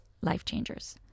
life-changers